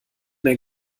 mehr